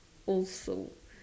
also